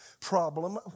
problem